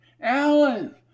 Alan